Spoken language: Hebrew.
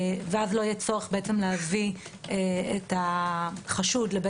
ואז לא יהיה צורך להביא את החשוד לבית